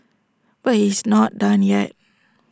but he is not done yet